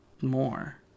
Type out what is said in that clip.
more